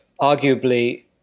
arguably